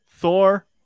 Thor